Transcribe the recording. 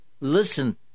listen